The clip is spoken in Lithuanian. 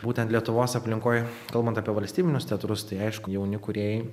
būtent lietuvos aplinkoj kalbant apie valstybinius teatrus tai aišku jauni kūrėjai